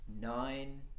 nine